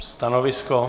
Stanovisko?